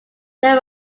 there